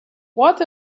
what